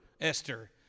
Esther